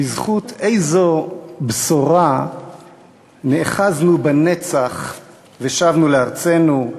בזכות איזו בשורה נאחזנו בנצח ושבנו לארצנו,